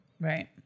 Right